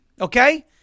Okay